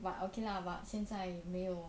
but okay lah but 现在没有